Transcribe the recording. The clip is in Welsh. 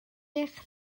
eich